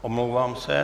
Omlouvám se.